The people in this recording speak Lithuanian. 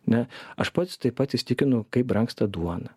ne aš pats taip pat įsitikinu kaip brangsta duona